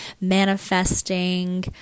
manifesting